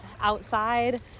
outside